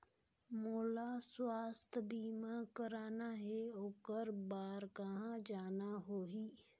मोला स्वास्थ बीमा कराना हे ओकर बार कहा जाना होही?